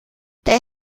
der